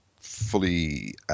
fully